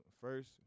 first